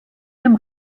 dem